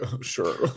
sure